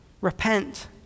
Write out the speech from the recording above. Repent